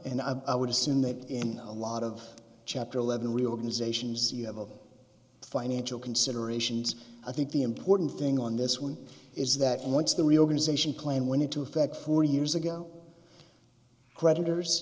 and i would assume that in a lot of chapter eleven reorganization as you have a financial considerations i think the important thing on this one is that once the reorganization plan went into effect four years ago creditors